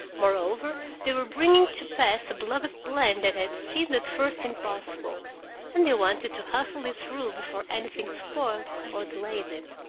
moreover, they were bringing to pass a beloved plan that had seemed at first impossible and they wanted to hustle it through before anything spoiled or delayed it.